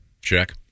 Check